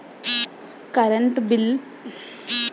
Current bill phone banking ద్వారా కట్టడం అవ్తుందా?